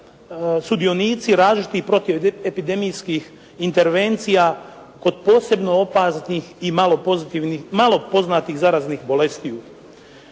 sudionici različitih protivepidemijskih intervencija kod posebno opasnih i malo pozitivnih, malo poznatih zaraznih bolestiju.